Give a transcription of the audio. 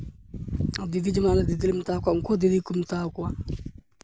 ᱟᱨ ᱫᱤᱫᱤ ᱡᱮᱢᱚᱱ ᱟᱞᱮ ᱫᱤᱫᱤᱞᱮ ᱢᱮᱛᱟ ᱠᱚᱣᱟ ᱩᱱᱠᱩ ᱦᱚᱸ ᱫᱤᱫᱤ ᱠᱚ ᱢᱮᱛᱟᱣ ᱠᱚᱣᱟ